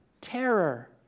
terror